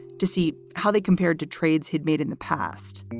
to see how they compared to trades he'd made in the past